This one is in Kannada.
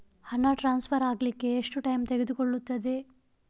ಹಣ ಟ್ರಾನ್ಸ್ಫರ್ ಅಗ್ಲಿಕ್ಕೆ ಎಷ್ಟು ಟೈಮ್ ತೆಗೆದುಕೊಳ್ಳುತ್ತದೆ?